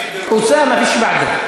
עיסאווי, אתה מקנא?